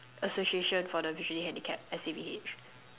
association for the visually handicapped S_A_V_H